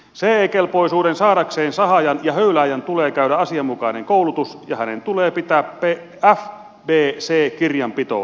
ce kelpoisuuden saadakseen sahaajan ja höylääjän tulee käydä asianmukainen koulutus ja hänen tulee pitää fpc kirjanpitoa